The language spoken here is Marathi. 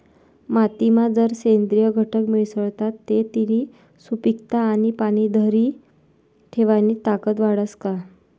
मातीमा जर सेंद्रिय घटक मिसळतात ते तिनी सुपीकता आणि पाणी धरी ठेवानी ताकद वाढस का?